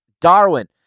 Darwin